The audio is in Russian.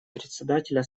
председателя